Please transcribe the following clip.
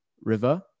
River